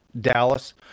Dallas